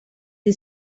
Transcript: the